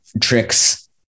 tricks